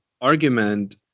argument